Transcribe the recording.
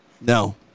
No